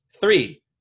Three